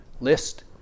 list